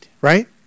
right